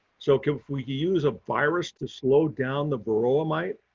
so can we use a virus to slow down the varroa mite?